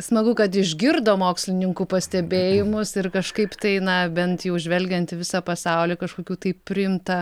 smagu kad išgirdo mokslininkų pastebėjimus ir kažkaip tai na bent jau žvelgiant į visą pasaulį kažkokių tai priimta